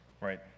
right